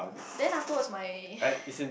then afterwards my